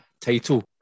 title